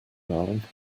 darling